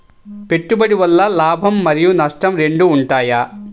పెట్టుబడి వల్ల లాభం మరియు నష్టం రెండు ఉంటాయా?